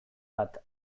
bat